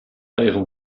ihrem